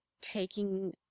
taking